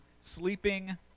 sleeping